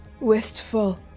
wistful